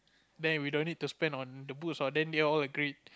then we no need to spend on the boots what then we all agreed